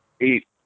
eight